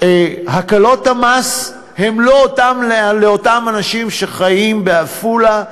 הקלות המס הן לא לאותן אנשים שחיים בעפולה,